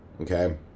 okay